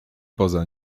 poza